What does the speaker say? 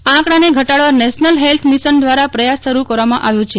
આ આંકડાને ઘટાડવા નેશનલ હેલ્થ મિશન દવારા પ્રયાસ શરૂ કરવામાં આવ્યો છે